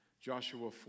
Joshua